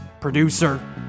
Producer